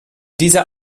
dieser